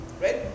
right